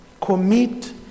commit